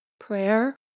Prayer